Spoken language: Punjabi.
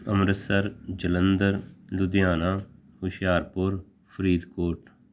ਅੰਮ੍ਰਿਤਸਰ ਜਲੰਧਰ ਲੁਧਿਆਣਾ ਹੁਸ਼ਿਆਰਪੁਰ ਫਰੀਦਕੋਟ